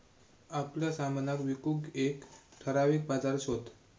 आपल्या सामनाक विकूक एक ठराविक बाजार शोध